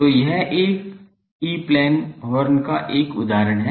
तो यह एक ई प्लेन हॉर्न का एक उदाहरण है